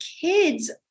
kids